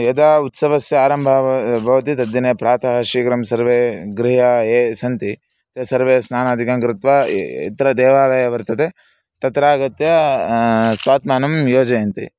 यदा उत्सवस्य आरम्भः बवे भवति तद्दिने प्रातः शीघ्रं सर्वे गृहीयाः ये सन्ति ते सर्वे स्नानादिकं कृत्वा यत्र देवालयः वर्तते तत्रागत्य स्वात्मानं योजयन्ति